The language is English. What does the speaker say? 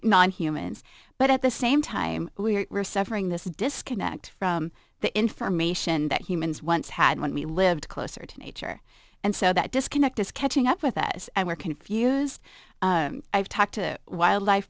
humans but at the same time we're suffering this disconnect from the information that humans once had when we lived closer to nature and so that disconnect is catching up with us and we're confused i've talked to wildlife